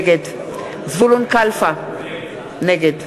נגד זבולון קלפה, נגד